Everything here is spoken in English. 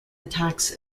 attacks